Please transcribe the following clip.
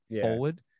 forward